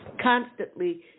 constantly